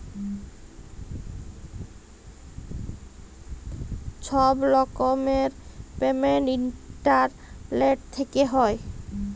ছব রকমের payment internet থ্যাইকে হ্যয়